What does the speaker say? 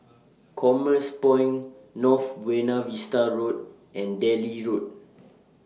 Commerce Point North Buona Vista Road and Delhi Road